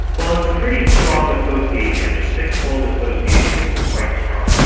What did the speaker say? well, it's a pretty strong association, a six-fold association is quite strong. and